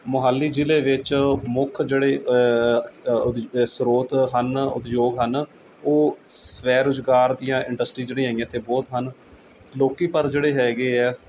ਮੋਹਾਲੀ ਜ਼ਿਲ੍ਹੇ ਵਿੱਚ ਮੁੱਖ ਜਿਹੜੇ ਉਦਯ ਸਰੋਤ ਹਨ ਉਦਯੋਗ ਹਨ ਉਹ ਸਵੈ ਰੁਜ਼ਗਾਰ ਦੀਆਂ ਇੰਡਸਟਰੀ ਜਿਹੜੀਆਂ ਹੈਗੀਆਂ ਇੱਥੇ ਬਹੁਤ ਹਨ ਲੋਕ ਪਰ ਜਿਹੜੇ ਹੈਗੇ ਹੈ